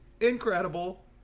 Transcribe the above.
incredible